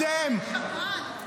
שקרן.